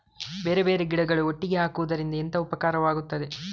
ಬೇರೆ ಬೇರೆ ಗಿಡಗಳು ಒಟ್ಟಿಗೆ ಹಾಕುದರಿಂದ ಎಂತ ಉಪಕಾರವಾಗುತ್ತದೆ?